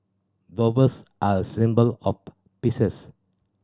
doves are symbol of peaces